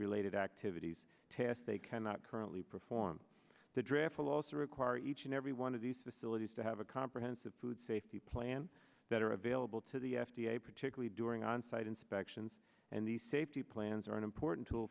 related activities tests they cannot currently perform the draft will also require each and every one of these facilities to have a comprehensive food safety plan that are available to the f d a particularly during onsite inspections and the safety plans are an important tool